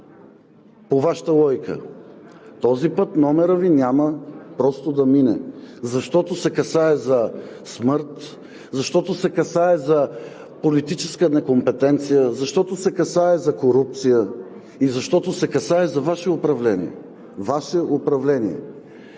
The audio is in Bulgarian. по Вашата логика?! Този път номерът Ви няма просто да мине, защото се касае за смърт, защото се касае за политическа некомпетентност, защото се касае за корупция и защото се касае за Ваше управление! Ваше управление!